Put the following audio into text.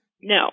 No